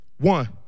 One